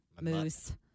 moose